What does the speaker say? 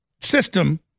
system